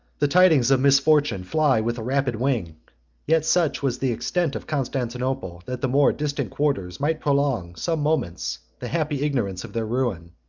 the tidings of misfortune fly with a rapid wing yet such was the extent of constantinople, that the more distant quarters might prolong, some moments, the happy ignorance of their ruin.